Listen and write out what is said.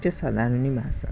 ভাষা